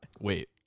Wait